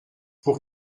pour